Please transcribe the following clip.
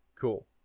Cool